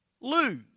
lose